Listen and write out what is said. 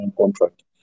contract